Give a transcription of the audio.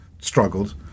struggled